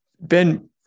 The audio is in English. Ben